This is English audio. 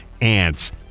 ants